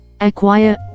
acquire